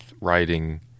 writing